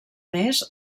més